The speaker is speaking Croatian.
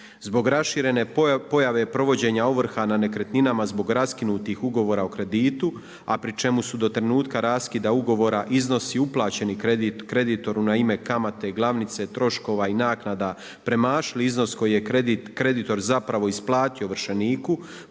Zbog raširene pojave provođenja ovrha na nekretninama zbog raskinutih ugovora o kreditu, a pri čemu su do trenutka raskida ugovora iznosi uplaćeni kreditoru na ime kamate i glavnice troškova i naknada premašili iznos koji je kredit isplatio ovršeniku,